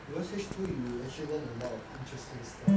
because H two you will actually learn a lot of interesting stuff